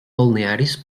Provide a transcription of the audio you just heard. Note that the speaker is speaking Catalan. balnearis